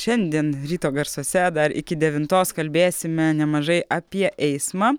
šiandien ryto garsuose dar iki devintos kalbėsime nemažai apie eismą